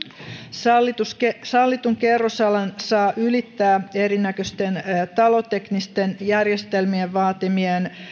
sallitun sallitun kerrosalan saa ylittää erinäköisten taloteknisten järjestelmien vaatimien